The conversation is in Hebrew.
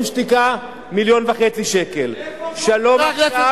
"שוברים שתיקה" 1.5 מיליון שקל, "שלום עכשיו"